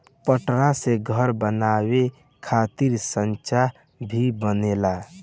पटरा से घर बनावे खातिर सांचा भी बनेला